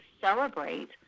celebrate